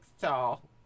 tall